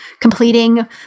completing